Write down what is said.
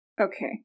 Okay